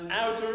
outer